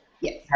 Yes